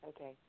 Okay